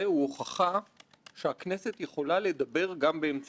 גם כאשר הכלים שהיו בידינו לא מספיק רחבים,